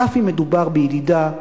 אף אם מדובר בידידה,